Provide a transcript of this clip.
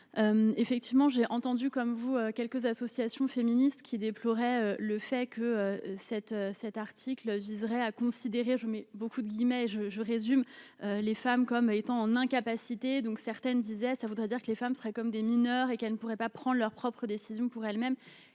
Effectivement, j'ai entendu comme vous quelques associations féministes qui déplorait le fait que cet cet article viserait à considérer, je mets beaucoup de guillemets, je résume les femmes comme étant en incapacité donc certaines disait ça voudrait dire que les femmes seraient comme des mineurs et qu'elle ne pourrait pas prendre leurs propres décisions pour elle-même